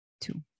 two